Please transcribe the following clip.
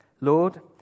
Lord